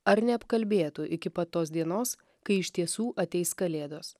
ar neapkalbėtų iki pat tos dienos kai iš tiesų ateis kalėdos